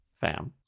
Fam